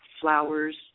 flowers